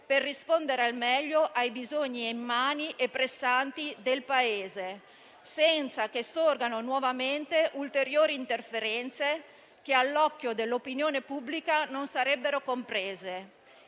per rispondere al meglio ai bisogni immani e pressanti del Paese, senza che sorgano nuovamente ulteriori interferenze che, all'occhio dell'opinione pubblica, non sarebbero comprese.